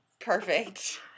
perfect